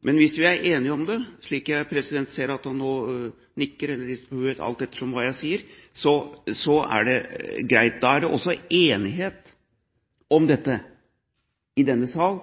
Hvis vi er enige om det, slik jeg ser at han nå nikker eller rister på hodet, alt ettersom hva jeg sier, er det greit. Da er det enighet om dette i denne sal,